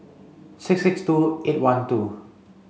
six six two eight one two